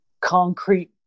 concrete